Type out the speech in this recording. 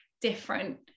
different